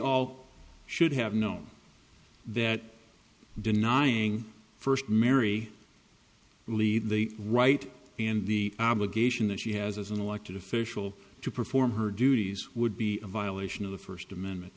all should have known that denying first mary really the right and the obligation that she has as an elected official to perform her duties would be a violation of the first amendment